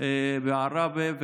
תלמידים בעראבה,